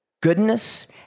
goodness